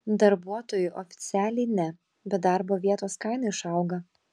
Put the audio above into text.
darbuotojui oficialiai ne bet darbo vietos kaina išauga